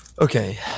Okay